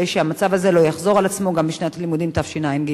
שהמצב הזה לא יחזור על עצמו גם בשנת הלימודים תשע"ג.